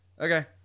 Okay